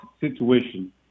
situation